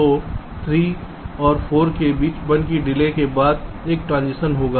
तो 3 और 4 के बीच 1 की देरी के बाद एक ट्रांजिशन होगा